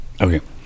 Okay